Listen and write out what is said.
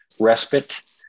respite